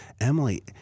Emily